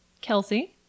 Kelsey